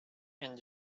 and